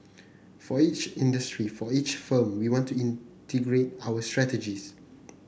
for each industry for each firm we want to integrate our strategies